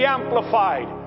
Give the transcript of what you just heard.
Amplified